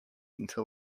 until